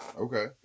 Okay